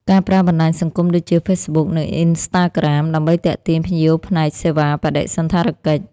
ការប្រើបណ្តាញសង្គមដូចជា ហ្វេសបុក និង អុីនស្តាក្រាម ដើម្បីទាក់ទាញភ្ញៀវផ្នែកសេវាបដិសណ្ឋារកិច្ច។